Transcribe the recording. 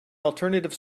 alternative